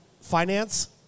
finance